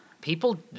People